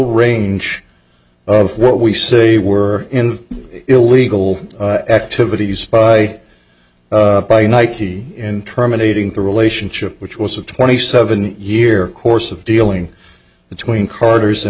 range of what we say were in illegal activities by by nike and terminating the relationship which was a twenty seven year course of dealing with tween carders and